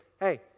hey